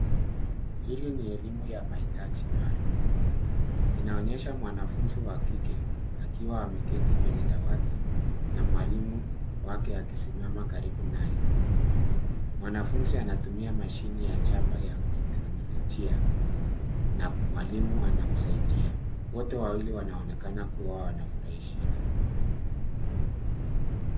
Hili ni elimu ya mahitaji maalum. Inaonyesha mwanafunzi wa kike akiwa ameketi kwenye dawati na mwalimu wake akisimama karibu naye. Mwanafunzi anatumia mashini ya chapa ya kiteknolojia na mwalimu anamsaidia. Wote wawili wanaonekana kuwa wanafurahishana.